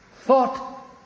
thought